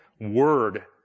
word